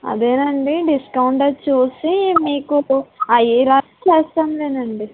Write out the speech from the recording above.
అదేనండి డిస్కౌంటది చూసి మీకు అయ్యేలా చేస్తాంలేనండి